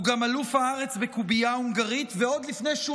הוא גם אלוף הארץ בקובייה הונגרית ועוד לפני שהוא